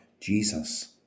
Jesus